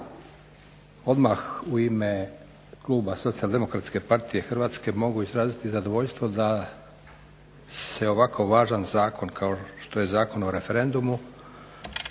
Odmah u ime kluba SDP-a mogu izraziti zadovoljstvo da se ovako važan zakon kao što je Zakon o referendumu